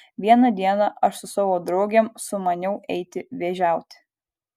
vieną dieną aš su savo draugėm sumaniau eiti vėžiauti